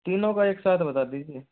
तीनों का एक साथ बता दीजिए